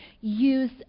use